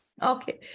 Okay